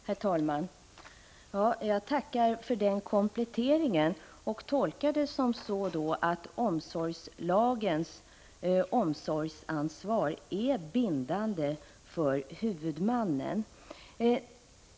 Herr talman! Jag tackar för den kompletteringen och tolkar den så att omsorgslagens omsorgsansvar är bindande för huvudmannen.